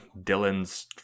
Dylan's